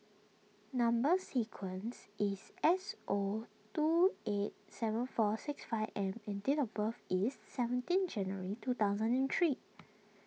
Number Sequence is S O two eight seven four six five M and date of birth is seventeen January two thousand and three